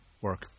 work